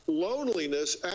Loneliness